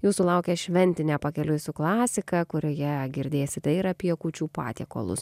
jūsų laukia šventinė pakeliui su klasika kurioje girdėsite ir apie kūčių patiekalus